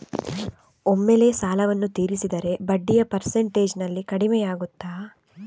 ಒಮ್ಮೆಲೇ ಸಾಲವನ್ನು ತೀರಿಸಿದರೆ ಬಡ್ಡಿಯ ಪರ್ಸೆಂಟೇಜ್ನಲ್ಲಿ ಕಡಿಮೆಯಾಗುತ್ತಾ?